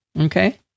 Okay